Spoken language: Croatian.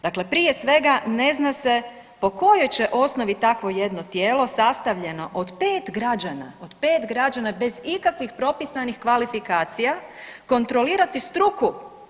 Dakle, prije svega, ne zna se po kojoj će osnovi takvo jedno tijelo sastavljeno od 5 građana, od 5 građana bez ikakvih propisanih kvalifikacija kontrolirati struku.